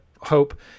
hope